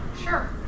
sure